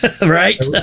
Right